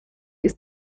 ist